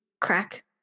crack